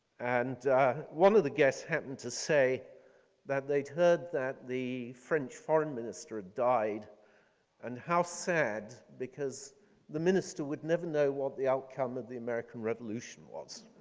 and one of the guests happened to say that they'd heard that the french foreign minister died and how sad because the minister would never know what the outcome of the american revolution was.